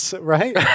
right